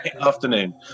afternoon